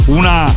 una